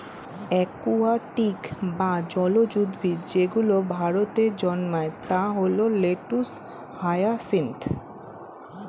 aquatic বা জলজ উদ্ভিদ যেগুলো ভারতে জন্মায় তা হল লেটুস, হায়াসিন্থ